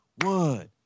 One